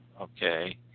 okay